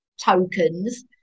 tokens